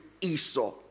Esau